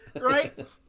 right